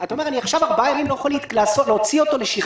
אתה אומר: אני עכשיו ארבעה ימים לא יכול להוציא אותו לשחזור